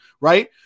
right